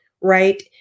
right